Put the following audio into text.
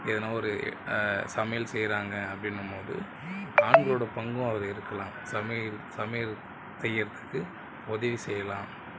எதனால் ஒரு சமையல் செய்கிறாங்க அப்படின்னும்போது ஆண்களோட பங்கும் அதில் இருக்கலாம் சமையல் சமையல் செய்கிறதுக்கு உதவி செய்யலாம்